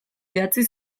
idatzi